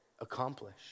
accomplish